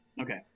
Okay